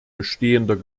bestehender